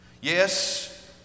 Yes